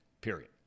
period